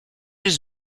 his